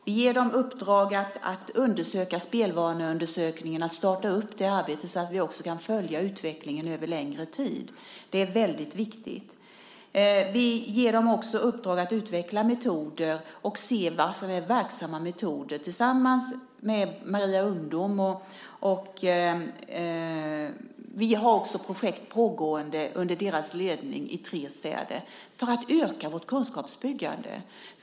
Vi ger dem i uppdrag att undersöka spelvanor och att starta det arbetet så att vi kan följa utveckling över längre tid. Det är väldigt viktigt. Vi ger också Folkhälsoinstitutet i uppdrag att utveckla metoder och se vad som är verksamma sådana tillsammans med Maria Ungdom. Vi har pågående projekt under institutets ledning i tre städer. Detta gör vi för att öka vårt kunskapsbyggande.